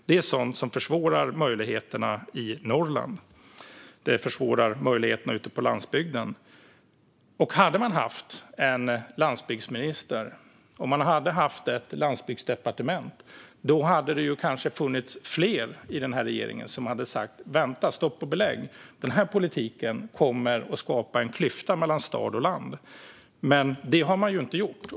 Det är sådant som försvårar möjligheterna i Norrland. Det försvårar möjligheterna ute på landsbygden. Hade vi haft en landsbygdsminister och ett landsbygdsdepartement hade det kanske funnits fler i regeringen som hade sagt: Vänta, stopp och belägg! Den här politiken kommer att skapa en klyfta mellan stad och land. Men det har man inte gjort.